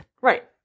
Right